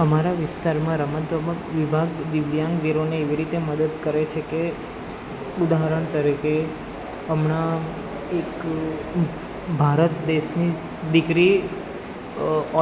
અમારા વિસ્તારમાં રમત ગમત વિભાગ દિવ્યાંગ વીરોને એવી રીતે મદદ કરે છે કે ઉદાહરણ તરીકે હમણાં એક ભારત દેશની દીકરી